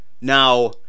now